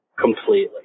completely